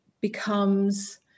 becomes